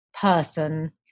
person